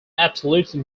absolutely